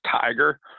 tiger